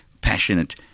passionate